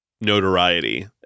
notoriety